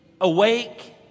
awake